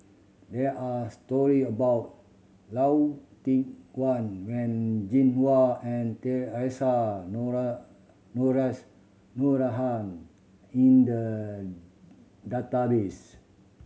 there are story about Lau Teng Chuan When Jinhua Noronha in the database